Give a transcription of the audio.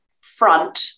front